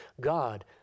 God